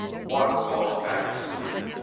one falls back asleep.